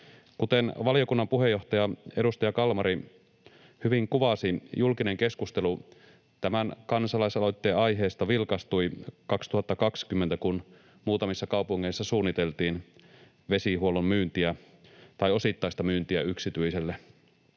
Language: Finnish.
Kuten valiokunnan puheenjohtaja, edustaja Kalmari hyvin kuvasi, julkinen keskustelu tämän kansalaisaloitteen aiheesta vilkastui 2020, kun muutamissa kaupungeissa suunniteltiin vesihuollon myyntiä tai osittaista myyntiä yksityiselle.